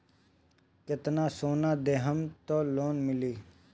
कितना सोना देहम त लोन मिली?